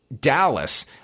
Dallas